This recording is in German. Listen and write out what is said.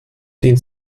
den